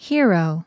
Hero